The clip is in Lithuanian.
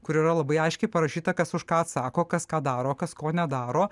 kur yra labai aiškiai parašyta kas už ką atsako kas ką daro kas ko nedaro